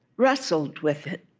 wrestled with it